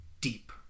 Deep